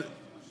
חלוקות מאוד.